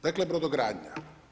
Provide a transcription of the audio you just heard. Dakle brodogradnja.